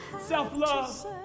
Self-love